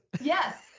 Yes